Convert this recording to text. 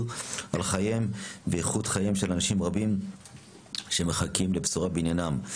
על חייהם ואיכות חייהם של אנשים רבים שמחכים לבשורה בעניינם.